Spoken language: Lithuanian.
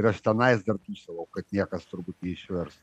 aš tenais dar dūsavau kad niekas turbūt neišvers